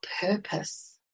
purpose